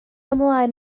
ymlaen